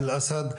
אל-אסד,